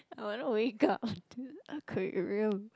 I wanna wake up onto an aquarium